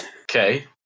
Okay